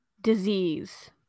Disease